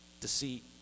deceit